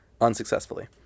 Unsuccessfully